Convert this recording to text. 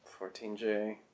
14J